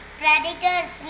predators